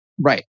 Right